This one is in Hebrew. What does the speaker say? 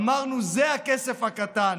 אמרנו שזה הכסף הקטן,